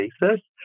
basis